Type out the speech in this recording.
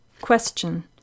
question